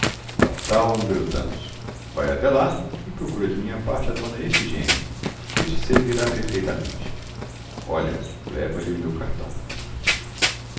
conhecida rua tal número tantos vai até lá e procura de minha parte a d efigênia que te servirá perfeitamente olha leva-lhe o meu cartão